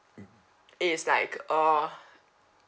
is like uh